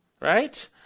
Right